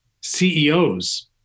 CEOs